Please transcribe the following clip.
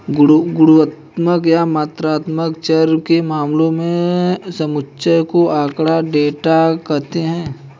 गुणात्मक या मात्रात्मक चर के मानों के समुच्चय को आँकड़ा, डेटा कहते हैं